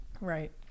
Right